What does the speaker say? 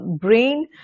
brain